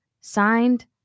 signed